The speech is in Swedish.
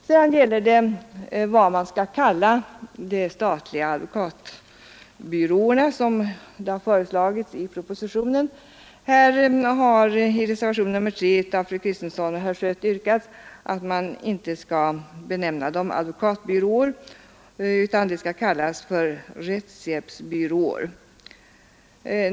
Sedan är frågan vad de statliga advokatbyråer som föreslås i propositionen skall kallas. I reservationen 3 av fru Kristensson och herr Schött yrkas att de inte skall benämnas advokatbyråer utan kallas rättshjälpsbyråer.